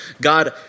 God